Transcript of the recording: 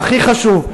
והכי חשוב,